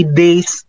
days